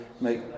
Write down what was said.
make